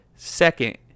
second